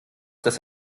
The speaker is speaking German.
dass